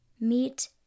Meet